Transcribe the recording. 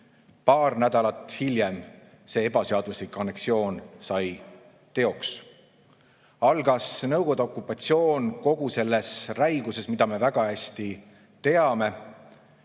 Paar nädalat hiljem sai see ebaseaduslik anneksioon teoks. Algas Nõukogude okupatsioon kogu selles räiguses, mida me väga hästi teame.